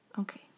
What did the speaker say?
Okay